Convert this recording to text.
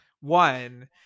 one